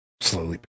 Slowly